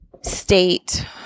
state